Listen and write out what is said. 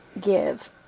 give